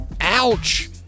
ouch